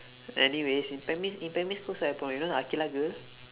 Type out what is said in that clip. anyways in primary in primary school also happen remember the aqilah girl